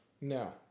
No